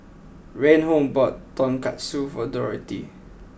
Reinhold bought Tonkatsu for Dorathy